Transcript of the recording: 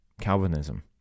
Calvinism